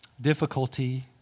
difficulty